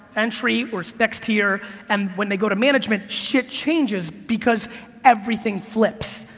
entry or specs tier and when they go to management, shit changes because everything flips.